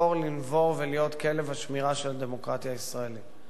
לנבור ולהיות כלב השמירה של הדמוקרטיה הישראלית.